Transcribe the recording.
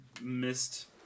missed